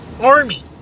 army